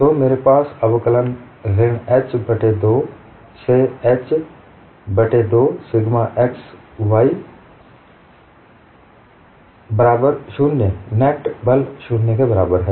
तो मेरे पास अवकलन ऋण h बट्टे 2 से h बट्टे 2 सिग्मा x dy बराबर 0 नेट बल 0 के बराबर है